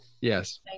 Yes